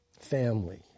family